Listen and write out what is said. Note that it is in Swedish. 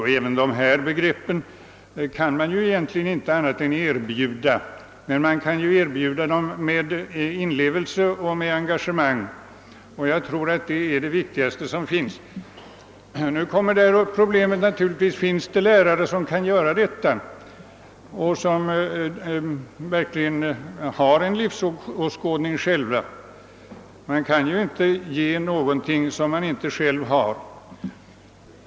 Inte ens dessa begrepp kan man egentligen annat än erbjuda, men man kan erbjuda dem med inlevelse och engagemang. Jag tror att det är det viktigaste som finns. Naturligtvis uppkommer problemet, att det måste finnas lärare som kan göra detta och som verkligen har en livsåskådning själva; man kan ju inte ge någonting som man inte själv har.